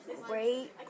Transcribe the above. great